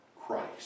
Christ